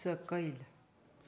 सकयल